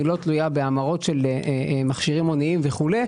היא לא תלויה בהמרות של מכשירים הוניים וכולי,